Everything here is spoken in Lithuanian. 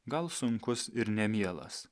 gal sunkus ir nemielas